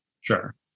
Sure